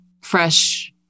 fresh